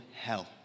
hell